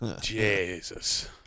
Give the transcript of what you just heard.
Jesus